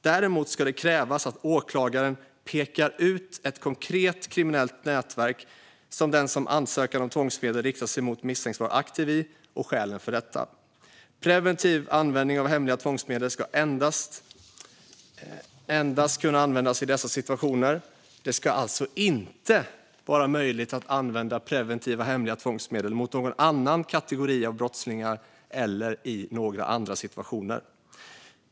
Däremot ska det krävas att åklagaren pekar ut ett konkret kriminellt nätverk som den som ansökan om tvångsmedel riktar sig mot misstänks vara aktiv i, och skälen för detta. Preventiv användning av hemliga tvångsmedel ska endast kunna användas i dessa situationer. Det ska alltså inte vara möjligt att använda preventiva hemliga tvångsmedel mot någon annan kategori av brottslingar eller i några andra situationer.